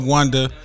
Wonder